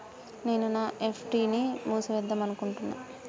నేను నా ఎఫ్.డి ని మూసివేద్దాంనుకుంటున్న